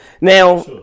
Now